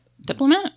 diplomat